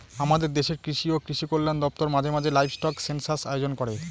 আমাদের দেশের কৃষি ও কৃষি কল্যাণ দপ্তর মাঝে মাঝে লাইভস্টক সেনসাস আয়োজন করে